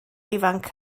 ifanc